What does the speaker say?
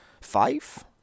Five